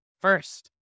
First